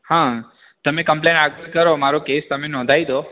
હા તમે કંમપલેન આજે જ કરો મારો કેસ તમે નોંધાવી દો